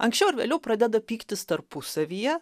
anksčiau ar vėliau pradeda pyktis tarpusavyje